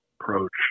approach